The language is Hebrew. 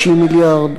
60 מיליארד?